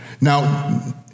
Now